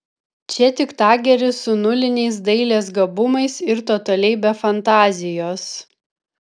čia tik tageris su nuliniais dailės gabumais ir totaliai be fantazijos